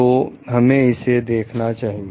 तो हमें इसे देखना चाहिए